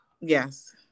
Yes